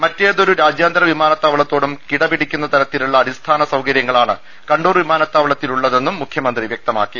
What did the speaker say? മറ്റേതൊരു രാജ്യാന്തര വിമാന താവളത്തോടും കിടപിടിക്കുന്ന തരത്തിലുള്ള അടിസ്ഥാന സൌകരൃങ്ങളാണ് കണ്ണൂർ വിമാനത്താവളത്തിലു ള്ളതെന്നും മുഖ്യമന്ത്രി വൃക്തമാക്കി